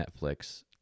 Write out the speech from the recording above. Netflix